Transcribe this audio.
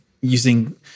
using